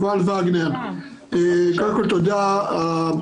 תודה רבה.